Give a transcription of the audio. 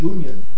Union